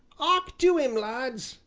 ark to im, lads,